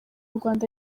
rwanda